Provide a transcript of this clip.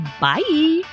bye